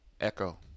Echo